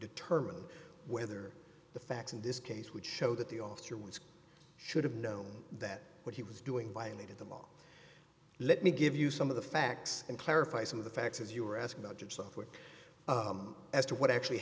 determine whether the facts in this case would show that the author was should have known that what he was doing violated the law let me give you some of the facts and clarify some of the facts as you were asked about your software as to what actually